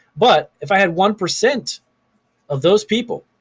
but if i add one percent of those people,